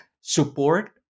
support